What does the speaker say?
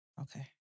Okay